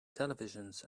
televisions